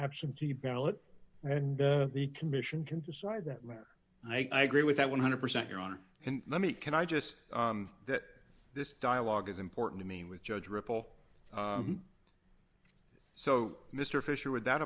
absentee ballot and then the commission can decide that matter and i grew with that one hundred percent your honor and let me can i just that this dialogue is important to me with judge ripple so mr fisher would that